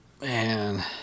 Man